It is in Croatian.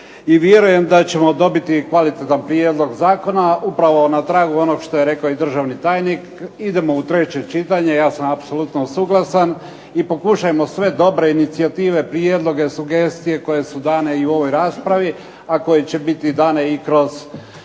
i vjerujem da ćemo dobiti kvalitetan prijedlog zakona upravo na tragu onog što je rekao i državni tajnik. Idemo u treće čitanje, ja sam apsolutno suglasan. I pokušajmo sve dobre inicijative, prijedloge, sugestije koje su dane i u ovoj raspravi, a koje će biti dane i kroz